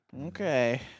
okay